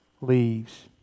leaves